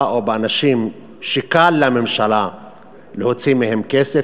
או באנשים שקל לממשלה להוציא מהם כסף,